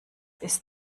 ist